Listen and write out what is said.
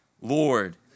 Lord